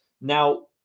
Now